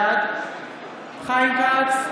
בעד חיים כץ,